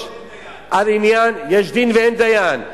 יש דין ואין דיין.